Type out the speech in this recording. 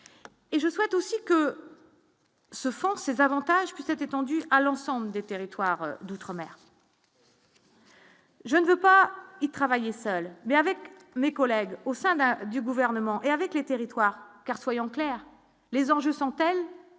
et je souhaite aussi que se font ces avantages qui s'est étendue à l'ensemble des territoires d'outre-mer. Je ne veux pas y travailler seul, mais avec mes collègues au sein d'un du gouvernement et avec les territoires car soyons clairs, les enjeux sont tels